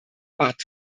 but